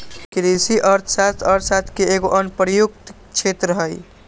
कृषि अर्थशास्त्र अर्थशास्त्र के एगो अनुप्रयुक्त क्षेत्र हइ